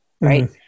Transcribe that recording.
right